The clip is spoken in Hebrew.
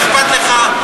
ואכפת לך,